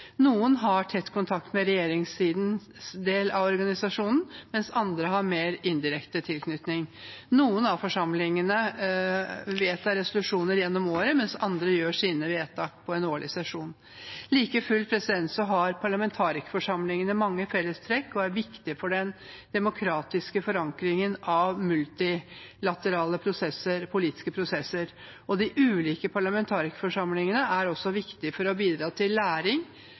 Noen har tett kontakt med regjeringssidens del av organisasjonen, mens andre har mer indirekte tilknytning. Noen av forsamlingene vedtar resolusjoner gjennom året, mens andre gjør sine vedtak på en årlig sesjon. Like fullt har parlamentarikerforsamlingene mange fellestrekk og er viktige for den demokratiske forankringen av multilaterale politiske prosesser, og de ulike parlamentarikerforsamlingene er også viktige for å bidra til læring,